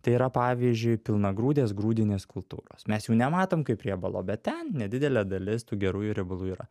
tai yra pavyzdžiui pilnagrūdės grūdinės kultūros mes jų nematom kaip riebalo bet ten nedidelė dalis tų gerųjų riebalų yra